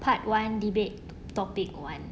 part one debate topic one